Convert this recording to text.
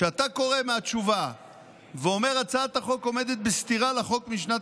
כשאתה קורא מהתשובה ואומר שהצעת החוק עומדת בסתירה לחוק משנת